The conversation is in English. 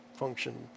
function